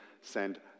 send